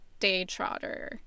Daytrotter